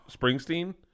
Springsteen